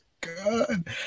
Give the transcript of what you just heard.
good